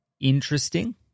interesting